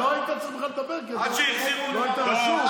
לא היית צריך לדבר בכלל, כי לא היית רשום.